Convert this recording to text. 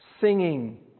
singing